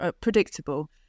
predictable